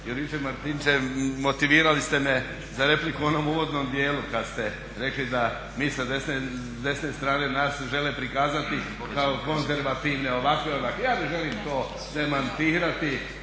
Juričev-Martinčev, motivirali ste me za repliku u onom uvodnom dijelu kad ste rekli da mi sa desne strane, nas žele prikazati kao konzervativne, ovakve, onakve. Ja ne želim to demantirati